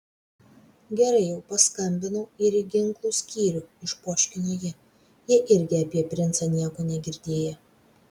gerai jau paskambinau ir į ginklų skyrių išpoškino ji jie irgi apie princą nieko negirdėję